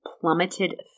plummeted